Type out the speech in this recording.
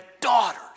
daughters